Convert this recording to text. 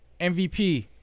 MVP